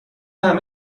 همه